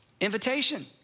invitation